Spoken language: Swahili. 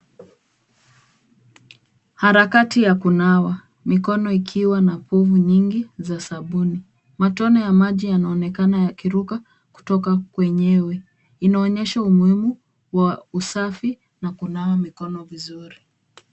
Harakati ya kunawa mikono ikiwa na pofu nyingi za sabuni. Matone ya maji yanaonekana yakiruka kutoka kwenyewe. Inaonyesha umuhimu wa usafi na kunawa mikono vizuri.